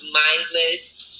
mindless